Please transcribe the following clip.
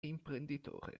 imprenditore